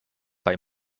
bei